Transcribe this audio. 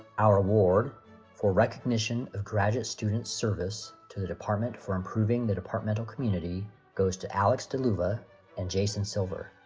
our award for recognition of graduate student service to the department for improving the departmental community goes to alex delluva and jason silver.